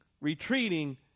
retreating